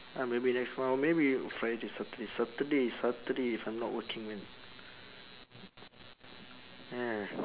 uh maybe next month or maybe friday saturday saturday saturday if I'm not working when yeah